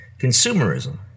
Consumerism